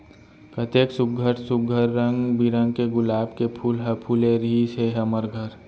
कतेक सुग्घर सुघ्घर रंग बिरंग के गुलाब के फूल ह फूले रिहिस हे हमर घर